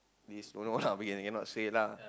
this don't know lah we cannot say lah